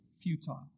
futile